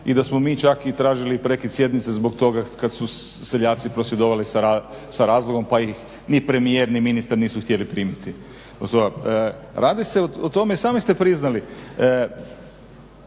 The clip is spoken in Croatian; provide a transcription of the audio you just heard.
i da smo mi čak i tražili i prekid sjednice zbog toga kada su seljaci prosvjedovali sa razlogom pa ih ni premijer ni ministar nisu htjeli primiti. Radi se o tome, sami ste priznali,